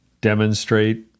demonstrate